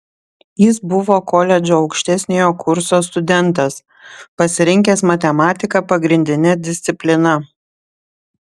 jis buvo koledžo aukštesniojo kurso studentas pasirinkęs matematiką pagrindine disciplina